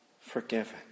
forgiven